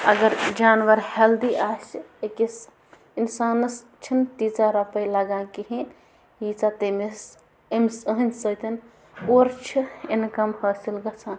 اَگر جانَوَر ہٮ۪لدی آسہِ أکِس اِنسانَس چھِنہٕ تیٖژاہ رۄپَے لَگان کِہیٖنۍ ییٖژاہ تٔمِس أمِس یِہٕنٛدۍ سۭتۍ اورٕ چھِ اِنکَم حٲصل گژھان